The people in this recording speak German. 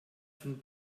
von